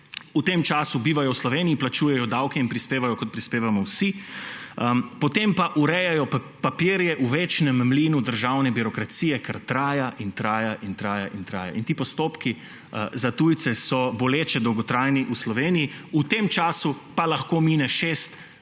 v tem času bivajo v Sloveniji, plačujejo davke in prispevajo, kot prispevamo vsi; potem pa urejajo papirje v večnem mlinu državne birokracije, kar traja in traja in traja. In ti postopki za tujce so v Sloveniji boleče dolgotrajni. V tem času pa lahko mine šest